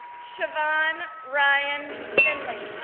siobhan ryan finlay,